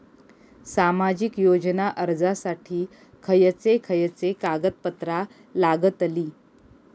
सामाजिक योजना अर्जासाठी खयचे खयचे कागदपत्रा लागतली?